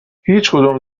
هیچدوم